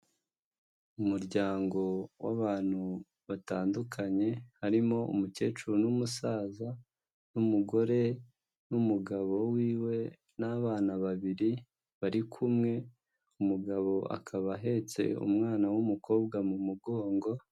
Umuryango w'abantu batandukanye harimo umukecuru n'umusaza n'umugore n'umugabo wiwe n'abana babiri bari kumwe ,umugabo akaba ahetse umwana w'umukobwa mu mugongo.